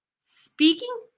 Speaking